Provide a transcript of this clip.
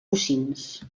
bocins